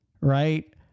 right